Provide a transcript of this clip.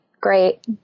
great